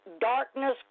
darkness